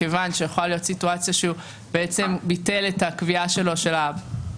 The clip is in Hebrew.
מכיוון שיכולה להיות סיטואציה שהוא ביטל את הקביעה שלו של התאגיד,